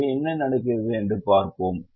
எனவே என்ன நடக்கிறது என்று பார்ப்போம்